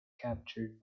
captured